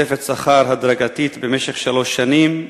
תוספת שכר הדרגתית במשך שלוש שנים,